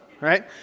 right